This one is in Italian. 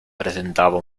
presentava